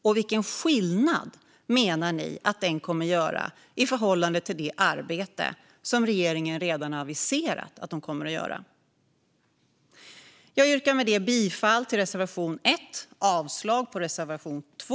Och vilken skillnad menar ni att den kommer att göra i förhållande till det arbete som regeringen redan aviserat att den kommer att göra? Jag yrkar bifall till reservation 1 och avslag på reservation 2.